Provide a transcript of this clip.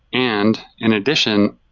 and in addition,